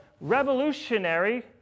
revolutionary